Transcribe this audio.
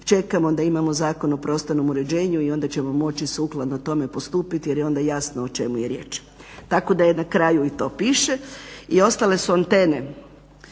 Čekamo da imamo Zakon o prostornom uređenju i onda ćemo moći sukladno tome postupiti jer je onda jasno o čemu je riječ, tako da na kraju i to piše. I ostale su antene.